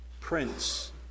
Prince